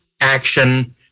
action